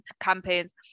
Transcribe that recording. campaigns